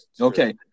Okay